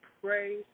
pray